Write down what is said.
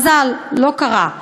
מזל, לא קרה.